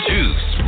Juice